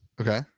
okay